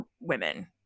women